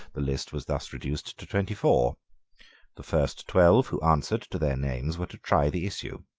the list was thus reduced to twenty-four. the first twelve who answered to their names were to try the issue.